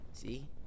See